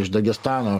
iš dagestano